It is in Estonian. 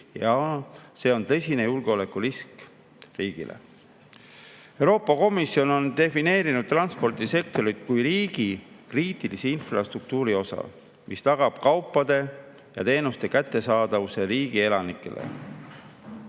ja see on tõsine julgeolekurisk riigile. Euroopa Komisjon on defineerinud transpordisektorit kui riigi kriitilise infrastruktuuri osa, mis tagab kaupade ja teenuste kättesaadavuse riigi